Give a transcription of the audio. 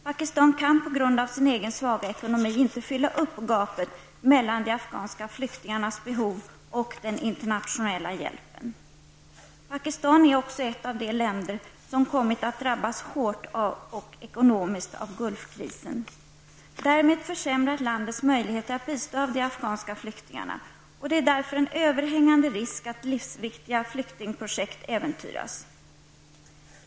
Pakistan kan på grund av sin egen svaga ekonomi inte fylla upp gapet mellan de afghanska flyktingarnas behov och den internationella hjälpen. Pakistan är också ett av de länder som kommit att drabbas hårt ekonomiskt av Gulfkrisen. Därmed försämras landets möjligheter att bistå de afghanska flyktingarna. Det är därför en överhängande risk att livsviktiga flyktingprojekt äventyras.